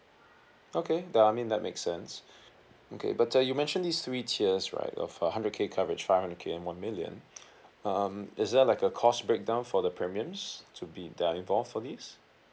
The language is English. okay that I mean that makes sense okay but uh you mentioned these three tiers right of a hundred K coverage five hundred K and one million um is there like a cost breakdown for the premiums to be for these